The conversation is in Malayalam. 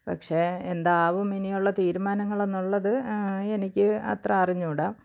പക്ഷേ എന്താവും ഇനിയുള്ള തീരുമാനങ്ങൾ എന്നുള്ളത് എനിക്ക് അത്ര അറിഞ്ഞു കൂടാ